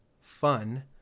fun